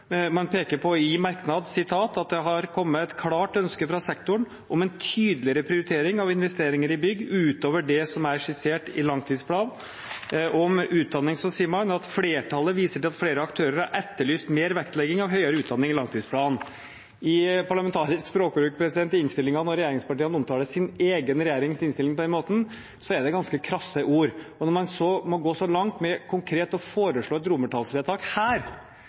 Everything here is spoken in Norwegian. Man peker i en merknad på at det har «kommet et klart ønske fra sektoren om en tydeligere prioritering av investeringer i bygg utover det som er skissert i langtidsplanen». Og om utdanning sier man: «Flertallet viser til at flere aktører har etterlyst mer vektlegging av høyere utdanning i langtidsplanen.» I parlamentarisk språkbruk – når regjeringspartiene i innstillingen omtaler sin egen regjerings innstilling på den måten – er det ganske krasse ord, og når man må gå så langt med konkret å foreslå et romertallsvedtak her